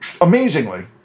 Amazingly